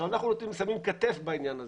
אנחנו שמים כתף בעניין הזה,